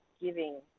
giving